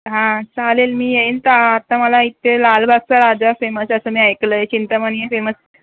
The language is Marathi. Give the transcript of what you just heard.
हां चालेल मी येईन तर आता मला इथे लालबागचा राजा फेमस आहे असं मी ऐकलं आहे चिंतामणीही फेमस